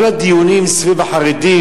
כל הדיונים סביב החרדים,